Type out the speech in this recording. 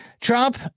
Trump